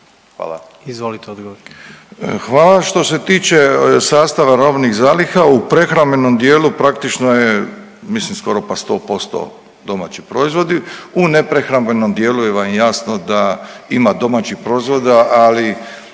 **Milatić, Ivo** Hvala. Što se tiče sastava u robnim zalihama u prehrambenom dijelu praktično je mislim pa skoro pa 100% domaći proizvodi, u neprehrambenom dijelu je vam je jasno da ima domaćih proizvoda, ali